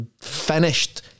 finished